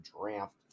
draft